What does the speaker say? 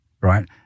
right